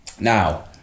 Now